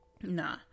Nah